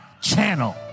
channel